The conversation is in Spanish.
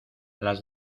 las